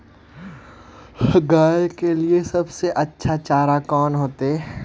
गाय के लिए सबसे अच्छा चारा कौन होते?